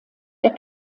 der